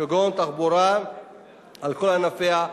כגון תחבורה על כל ענפיה,